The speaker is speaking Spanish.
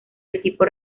equipo